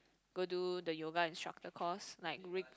go do the yoga instructor course like Rick